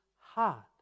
hard